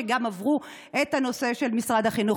שגם עברו את הנושא של משרד החינוך.